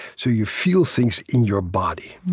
so you feel things in your body.